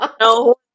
No